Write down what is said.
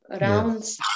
rounds